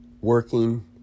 working